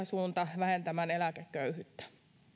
suunta vähentämään eläkeköyhyyttä